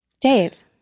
Dave